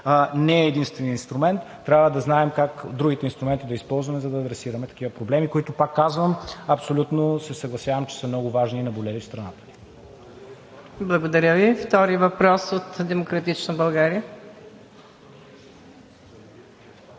не е единственият инструмент. Трябва да знаем как другите инструменти да използваме, за да адресираме такива проблеми, които, пак казвам, абсолютно се съгласявам, че са много важни и наболели в страната. ПРЕДСЕДАТЕЛ МУКАДДЕС НАЛБАНТ: Благодаря Ви. Втори въпрос от „Демократична България“?